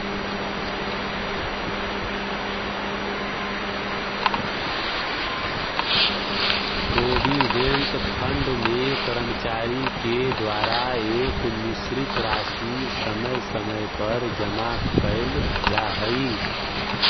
provident fund में कर्मचारि के द्वारा एक निश्चित राशि समय समय पर जमा कैल जा हई